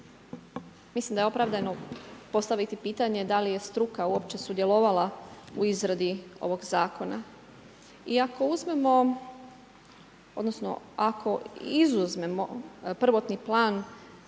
mislim da je opravdano postaviti pitanje da li je struka uopće sudjelovala u izradi ovog Zakona. I ako uzmemo, odnosno ako